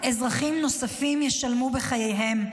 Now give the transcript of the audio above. אזרחים נוספים ישלמו בחייהם.